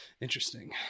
Interesting